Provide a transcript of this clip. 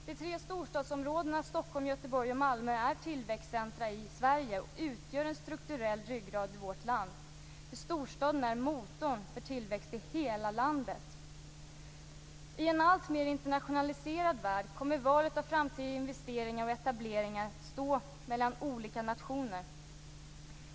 De tre storstadsområdena Stockholm, Göteborg och Malmö är tillväxtcentrum i Sverige och utgör en strukturell ryggrad i vårt land, eftersom storstaden är motorn för tillväxt i hela landet. I en alltmer internationaliserad värld kommer valet av framtida investeringar och etableringar att stå mellan olika nationer.